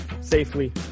safely